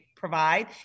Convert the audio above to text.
Provide